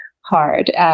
hard